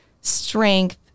strength